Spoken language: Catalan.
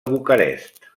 bucarest